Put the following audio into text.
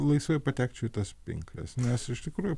laisvai patekčiau į tas pinkles nes iš tikrųjų